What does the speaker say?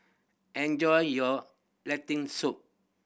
enjoy your Lentil Soup